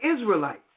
Israelites